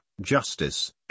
justice